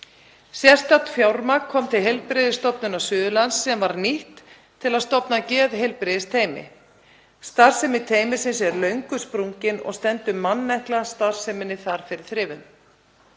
Sérstakt fjármagn kom til Heilbrigðisstofnunar Suðurlands sem var nýtt til að stofna geðheilbrigðisteymi. Starfsemi teymisins er löngu sprungin og stendur mannekla starfseminni fyrir þrifum.